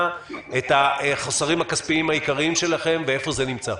את החסרים הכספיים העיקריים שלכם ואיפה זה נמצא.